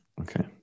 okay